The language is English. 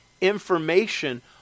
information